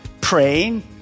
praying